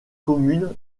commune